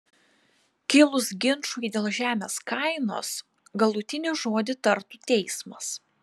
kilus ginčui dėl žemės kainos galutinį žodį tartų teismas